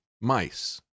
mice